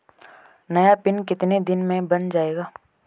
नया पिन कितने दिन में बन जायेगा?